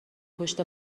پشت